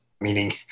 meaning